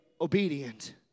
obedient